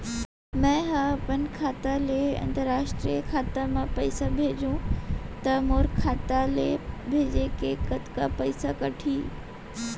मै ह अपन खाता ले, अंतरराष्ट्रीय खाता मा पइसा भेजहु त मोर खाता ले, भेजे के कतका पइसा कटही?